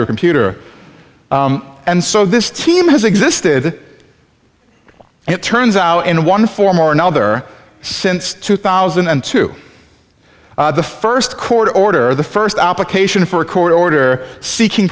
your computer and so this team has existed and it turns out in one form or another since two thousand and two the first court order the first application for a court order seeking